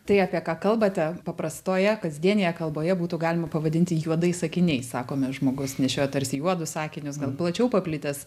tai apie ką kalbate paprastoje kasdienėje kalboje būtų galima pavadinti juodais akiniais sakome žmogus nešiojo tarsi juodus akinius gal plačiau paplitęs